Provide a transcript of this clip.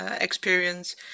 experience